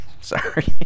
Sorry